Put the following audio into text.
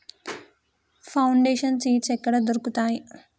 Foundation seeds ఎక్కడ దొరుకుతాయి?